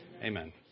Amen